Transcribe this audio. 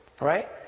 Right